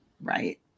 right